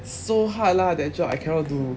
so hard lah their job I cannot do